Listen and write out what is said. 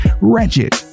Wretched